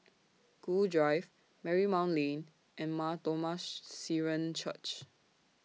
Gul Drive Marymount Lane and Mar Thoma Syrian Church